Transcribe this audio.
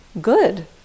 good